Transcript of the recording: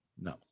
No